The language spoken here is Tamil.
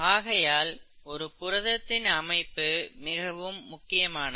ஆகையால் ஒரு புரதத்தின் அமைப்பு மிகவும் முக்கியமானது